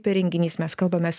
per renginys mes kalbamės